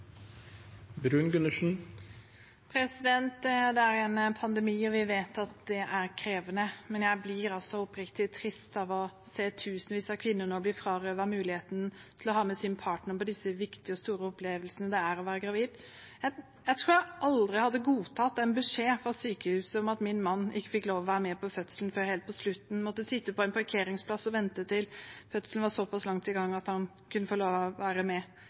krevende, men jeg blir altså oppriktig trist av å se tusenvis av kvinner nå bli frarøvet muligheten til å ha med sin partner på disse viktige og store opplevelsene man har når man er gravid. Jeg tror aldri jeg hadde godtatt en beskjed fra sykehuset om at min mann ikke fikk lov til å være med på fødselen før helt på slutten, men måtte sitte på en parkeringsplass og vente til fødselen var såpass langt i gang at han kunne få lov til å være med.